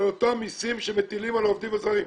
אלא לאותם המיסים שמטילים על העובדים הזרים.